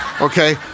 okay